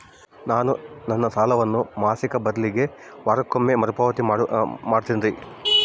ನಾನು ನನ್ನ ಸಾಲವನ್ನು ಮಾಸಿಕ ಬದಲಿಗೆ ವಾರಕ್ಕೊಮ್ಮೆ ಮರುಪಾವತಿ ಮಾಡ್ತಿನ್ರಿ